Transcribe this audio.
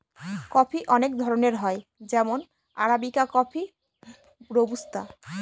coffee অনেক ধরনের হয় যেমন আরাবিকা কফি, রোবুস্তা